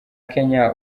kenya